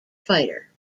fighter